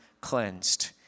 cleansed